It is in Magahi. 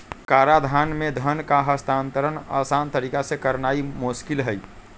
कराधान में धन का हस्तांतरण असान तरीका से करनाइ मोस्किल हइ